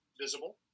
visible